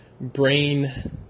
brain